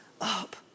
up